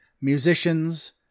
musicians